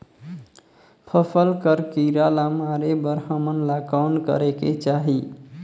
फसल कर कीरा ला मारे बर हमन ला कौन करेके चाही?